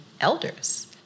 elders